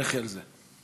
לכי על זה.